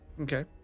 Okay